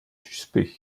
suspects